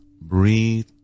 breathe